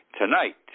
Tonight